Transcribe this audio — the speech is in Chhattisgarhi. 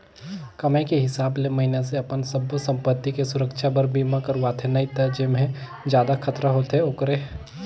कमाई के हिसाब ले मइनसे अपन सब्बो संपति के सुरक्छा बर बीमा करवाथें नई त जेम्हे जादा खतरा होथे ओखरे